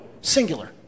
singular